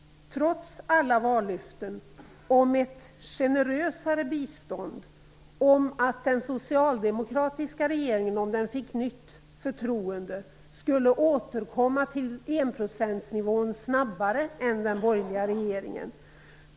Den socialdemokratiska regeringen gav generösa vallöften om att man snabbare än den borgerliga skulle återkomma till enprocentsnivån om den fick nytt förtroende.